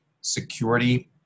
security